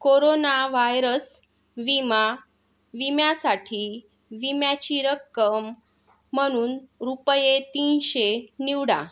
corona virus विमा विम्यासाठी विम्याची रक्कम म्हणून रुपये तीनशे निवडा